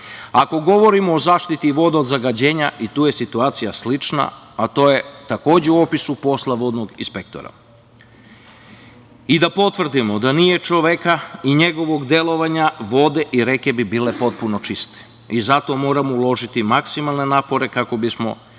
govorimo o zaštiti voda od zagađenja i tu je situacija slična, a to je takođe u opisu posla slobodnog inspektora. Da potvrdimo, da nije čoveka i njegovog delovanja vode i reke bi bile potpuno čiste i zato moramo uložiti maksimalne napore kako bismo